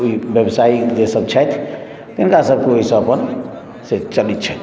व्यवसायी जे सभ छथि तिनका सबके ओहिसँ अपन से चलै छनि